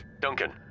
Duncan